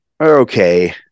okay